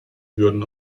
würden